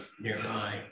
nearby